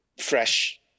fresh